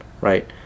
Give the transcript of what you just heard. right